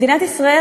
מדינת ישראל,